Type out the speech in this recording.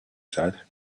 said